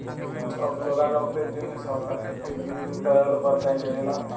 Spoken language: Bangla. ছব জলা লকদের জ্যনহে সরকার থ্যাইকে দিল দয়াল উপাধ্যায় যজলা